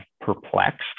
perplexed